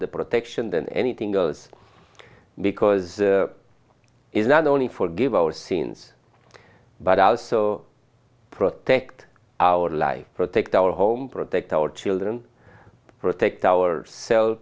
the protection than anything goes because it is not only forgive our sins but also protect our life protect our home protect our children protect our selves